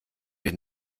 den